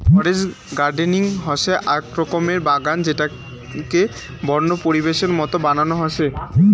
forest gardening হসে আক রকমের বাগান যেটোকে বন্য পরিবেশের মত বানানো হসে